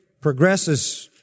progresses